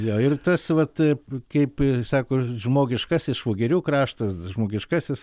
jo ir tas vat kaip sako žmogiškasis švogerių kraštas žmogiškasis